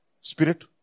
spirit